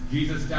Jesus